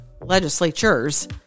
legislatures